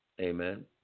amen